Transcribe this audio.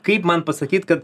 kaip man pasakyt kad